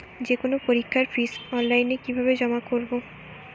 যে কোনো পরীক্ষার ফিস অনলাইনে কিভাবে জমা করব?